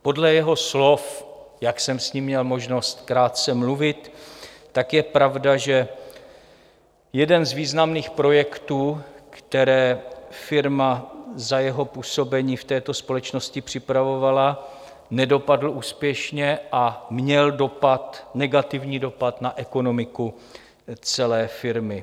Podle jeho slov, jak jsem s ním měl možnost krátce mluvit, je pravda, že jeden z významných projektů, které firma za jeho působení v této společnosti připravovala, nedopadl úspěšně a měl negativní dopad na ekonomiku celé firmy.